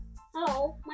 Hello